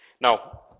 Now